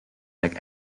like